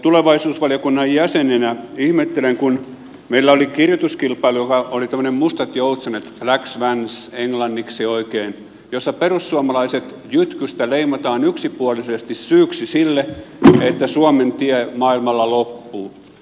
tulevaisuusvaliokunnan jäsenenä ihmettelen kun meillä oli kirjoituskilpailu joka oli tämmöinen mustat joutsenet black swans englanniksi oikein jossa perussuomalaiset jytkystä leimataan yksipuolisesti syyksi sille että suomen tie maailmalla loppuu